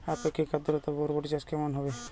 আপেক্ষিক আদ্রতা বরবটি চাষ কেমন হবে?